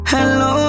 Hello